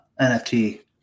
nft